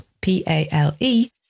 P-A-L-E